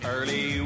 Early